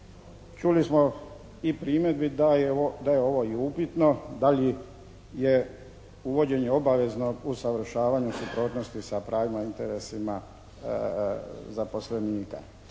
Čuli smo i primjedbi da je ovo i upitno da li je uvođenje obaveznog usavršavanja u suprotnostima sa pravima, interesima zaposlenika.